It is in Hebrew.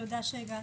תודה שהגעת.